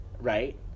right